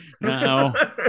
no